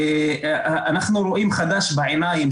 אנחנו רואים חדש בעיניים.